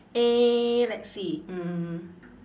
eh let's see mm